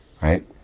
right